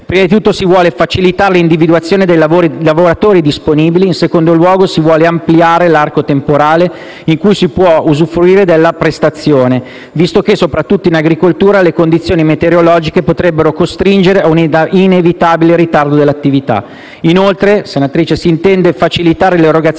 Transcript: Prima di tutto, si vuole facilitare l'individuazione dei lavoratori disponibili; in secondo luogo, si vuole ampliare l'arco temporale in cui si può usufruire della prestazione, visto che, soprattutto in agricoltura, le condizioni meteorologiche potrebbero costringere ad un inevitabile ritardo dell'attività. Inoltre, senatrice, si intende facilitare l'erogazione